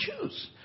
choose